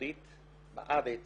הציבורית בארץ